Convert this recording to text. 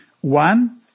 One